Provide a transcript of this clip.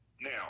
Now